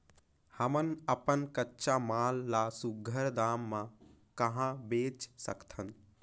हमन अपन कच्चा माल ल सुघ्घर दाम म कहा बेच सकथन?